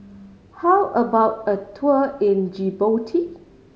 how about a tour in Djibouti